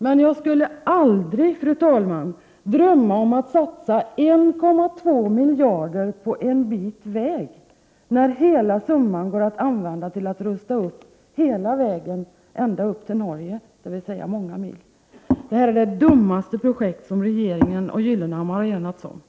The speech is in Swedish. Men jag skulle aldrig, fru talman, drömma om att satsa 1,2 miljarder på en mindre vägsträcka, när den summan kan användas till att rusta upp hela vägen ända upp till Norge, en sträcka om många mil. Det här projektet är det dummaste projekt som regeringen och Gyllenhammar har enats om.